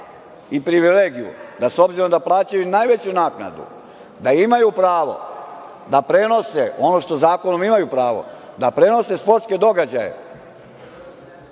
i privilegiju da, obzirom da plaćaju najveću naknadu, da imaju pravo da prenose ono što zakonom imaju pravo, da prenose sportske događaje